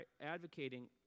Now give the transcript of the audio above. advocating